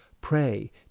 pray